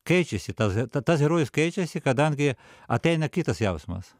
keičiasi tas h tas herojus keičiasi kadangi ateina kitas jausmas